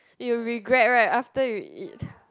you regret right after you eat